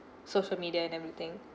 social media and everything